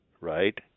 Right